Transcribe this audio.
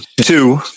Two